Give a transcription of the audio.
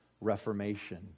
reformation